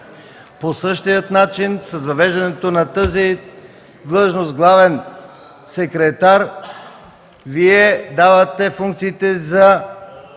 По същия начин с въвеждането на длъжността „главен секретар” давате функциите за